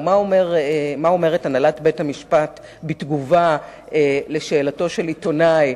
מה אומרת הנהלת בית-המשפט בתגובה לשאלתו של עיתונאי,